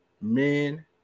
men